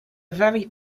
very